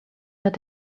let